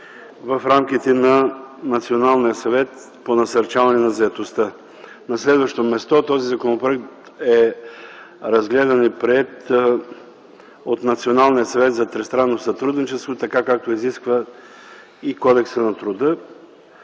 в рамките на Националния съвет по насърчаване на заетостта. На следващо място, този законопроект е разгледан и приет от Националния съвет за тристранно сътрудничество, както изисква и Кодексът на труда.